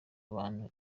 abantu